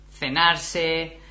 cenarse